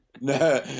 No